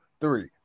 Three